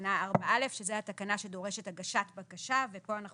תקנה 4א." (שזה התקנה שדורשת הגשת בקשה ופה אנחנו